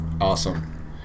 Awesome